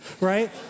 right